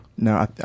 No